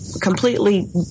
completely